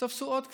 תפסה עוד קבוצה.